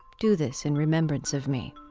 do this in remembrance of me